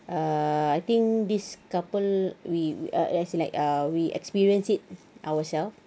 err I think this couple we err as in like err we experience it ourselves